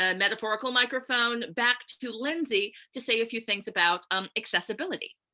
ah metaphorical microphone back to lindsay to say a few things about um accessibility.